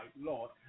Lord